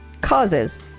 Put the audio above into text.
causes